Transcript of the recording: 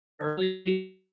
early